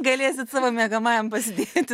galėsit savo miegamajam pasidėti